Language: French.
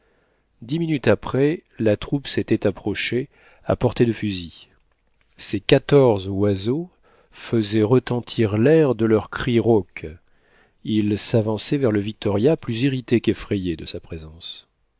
dix minutes après la troupe s'était approchée à portée de fusil ces quatorze oiseaux faisaient retentir l'air de leurs cris rauques ils s'avançaient vers le victoria plus irrités qu'effrayés de sa présence